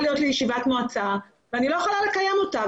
להיות לי ישיבת מועצה ואני לא יכולה לקיים אותה.